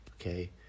okay